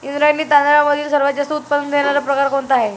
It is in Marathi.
इंद्रायणी तांदळामधील सर्वात जास्त उत्पादन देणारा प्रकार कोणता आहे?